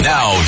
Now